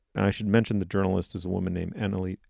and i should mention, the journalist is a woman named emily.